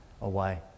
away